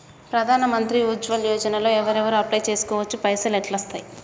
ప్రధాన మంత్రి ఉజ్వల్ యోజన లో ఎవరెవరు అప్లయ్ చేస్కోవచ్చు? పైసల్ ఎట్లస్తయి?